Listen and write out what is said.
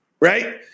right